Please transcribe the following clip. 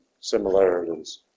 similarities